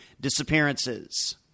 disappearances